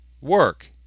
work